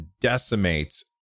decimates